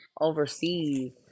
overseas